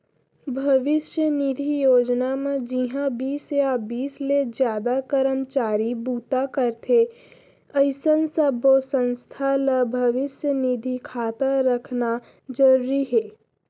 भविस्य निधि योजना म जिंहा बीस या बीस ले जादा करमचारी बूता करथे अइसन सब्बो संस्था ल भविस्य निधि खाता रखना जरूरी हे